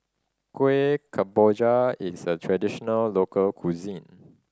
Kueh Kemboja is a traditional local cuisine